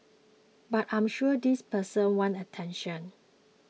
but I'm sure these people want attention